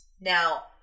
Now